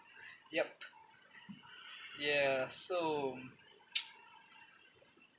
yup ya so